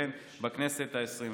וסמכויותיהן בכנסת העשרים-וחמש.